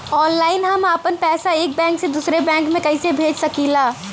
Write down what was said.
Online हम आपन पैसा एक बैंक से दूसरे बैंक में कईसे भेज सकीला?